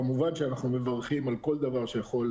כמובן שאנחנו מברכים על כל דבר שיכול